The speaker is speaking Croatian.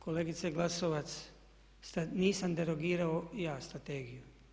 Kolegice Glasovac, nisam derogirao ja Strategiju.